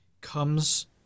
comes